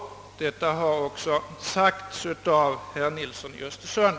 Detta har också sagts av herr Nilsson i Östersund.